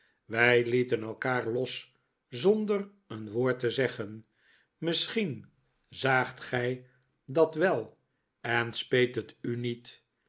wij lieten elkaar los zonder een woord te zeggen misschien zaagt gij dat wel en speet het u niet